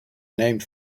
named